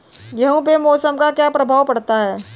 गेहूँ पे मौसम का क्या प्रभाव पड़ता है?